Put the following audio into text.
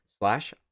slash